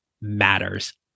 matters